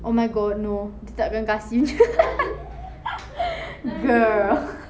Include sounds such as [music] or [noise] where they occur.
oh my god no dia takkan kasi punya [laughs] girl